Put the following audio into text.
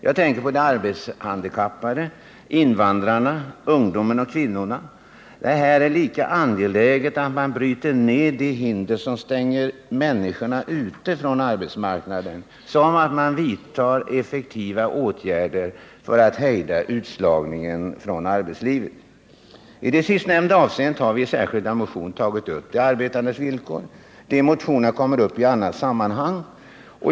Jag tänker på de arbetshandikappade, invandrarna, ungdomarna och kvinnorna. Det är här lika angeläget att man bryter ned de hinder som stänger människor ute från arbetsmarknaden som att man vidtar effektiva åtgärder för att hejda utslagningen från arbetslivet. I det sistnämnda hänseendet har vi i särskilda motioner tagit upp de arbetandes villkor. De motionerna kommer upp i annat sammanhang.